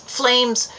flames